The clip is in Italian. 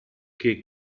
che